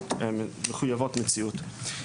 שמחויבות מציאות.